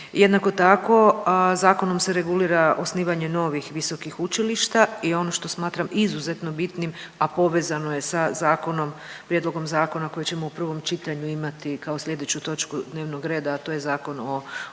Jednako tako zakonom se regulira osnivanje novih visokih učilišta i ono što smatram izuzetno bitnim, a povezano je sa zakonom, prijedlogom zakona koji ćemo u prvom čitanju imati kao slijedeću točku dnevnog reda, a to je Zakon o